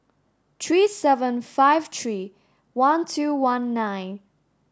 three seven five three one two one nine